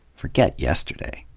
forget yesterday.